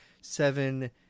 Seven